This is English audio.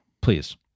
Please